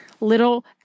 little